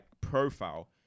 profile